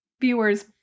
viewers